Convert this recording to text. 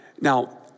Now